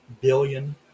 billion